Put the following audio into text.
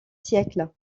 siècles